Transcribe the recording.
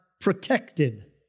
protected